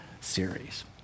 series